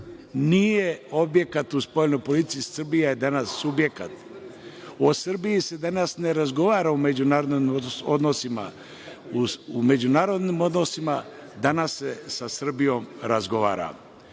nije objekat u spoljnoj politici, Srbija je danas subjekat. O Srbiji se danas ne razgovara u međunarodnim odnosima, u međunarodnim odnosima